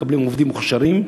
מקבלים עובדים מוכשרים,